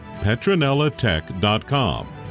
PetronellaTech.com